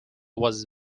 was